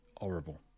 horrible